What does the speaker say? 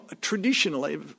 traditionally